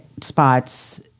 spots